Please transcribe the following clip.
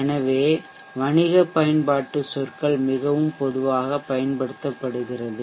எனவே வணிக பயன்பாட்டு சொற்கள் மிகவும் பொதுவாகப் பயன்படுத்தப்படுகிறது